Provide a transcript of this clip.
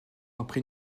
après